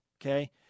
Okay